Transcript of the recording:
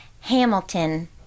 Hamilton